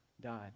died